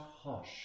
hush